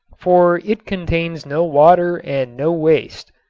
for it contains no water and no waste.